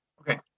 okay